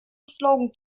slogan